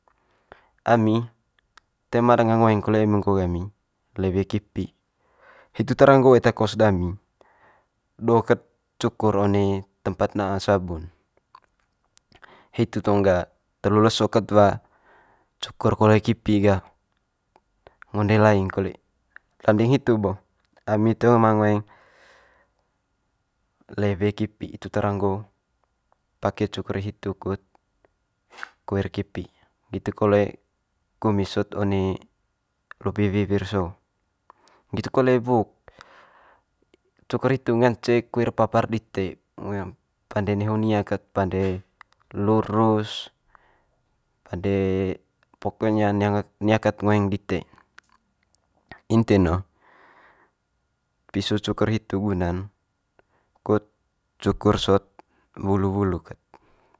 Ami toe ma danga ngoeng kole nggo ami lewe kipi, hitu tara nggo eta kos dami do ket cukur one tempat na sabun. Hitu tong ga telu leso ket wa cukur kole kipi ga, ngoende laing kole. Landing hitu bo ami toe ma ngoeng lewe kipi itu tara nggo pake cukur hitu kut kuir kipi nggitu kole kumis sot one lupi wiwir so. Nggitu kole wuk, cukur hitu ngance kuir papar dite ngoeng pande neho nia kat pande lurus, pande pokonya nia kat ngoeng dite. inti'n ne piso cukur hitu guna'n kut cukur sot wulu wulu ket